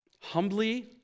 Humbly